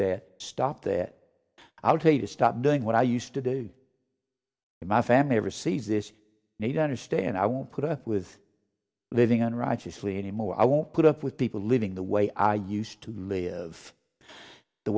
that stop that i'll tell you to stop doing what i used to do in my family ever sees this need to understand i won't put up with living unrighteously anymore i won't put up with people living the way i used to live the